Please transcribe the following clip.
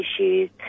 issues